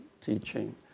teaching